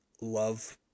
love